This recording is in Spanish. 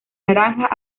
naranjas